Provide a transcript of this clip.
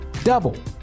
Double